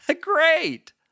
Great